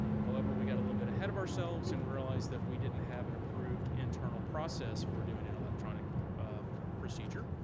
however, we got a little bit ahead of ourselves and we realized that we didn't have an approved internal process for doing an electronic procedure.